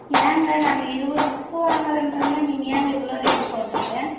ஏங்க நாங்கள் இருபது புக்கு வாங்குறோன்றங்க நீங்கள் ஏங்க இவ்வளோ ரேட் சொல்லுறீங்க